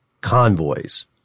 Convoys